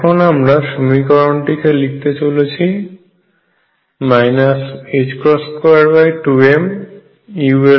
এখন আমরা সমীকরণটিকে লিখতে চলেছি 22mulll122mr2ulrVulrEulr